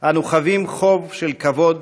אנו חבים חוב של כבוד